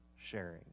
sharing